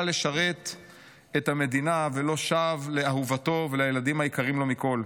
לשרת את המדינה ולא שב לאהובתו ולילדים היקרים לו מכול.